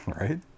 Right